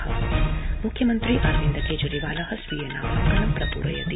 म्ख्यमन्त्री अरविन्द केजरीवाल स्वीय नामांकनं प्रप्रयति